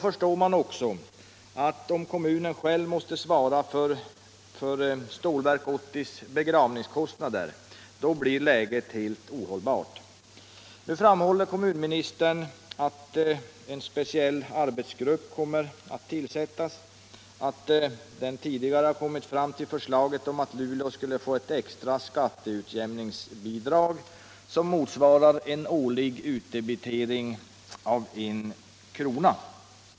Om kommunen själv måste svara för ”begravningskostnaderna” för Stålverk 80 blir läget helt ohållbart, det förstår vi. Nu framhåller kommunministern att en speciell utredningsgrupp eventuellt kommer att tillsättas och att en arbetsgrupp tidigare har kommit fram till förslaget att Luleå skulle få ett extra skatteutjämningsbidrag som motsvarar en årlig utdebitering av en krona.